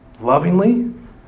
lovingly